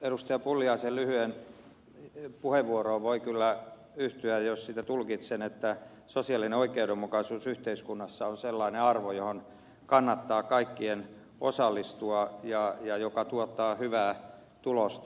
pulliaisen lyhyeen puheenvuoroon voi kyllä yhtyä jos sitä tulkitsen että sosiaalinen oikeudenmukaisuus yhteiskunnassa on sellainen arvo johon kannattaa kaikkien osallistua ja joka tuottaa hyvää tulosta